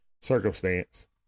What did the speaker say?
circumstance